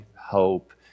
hope